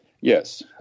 Yes